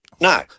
No